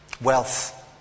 Wealth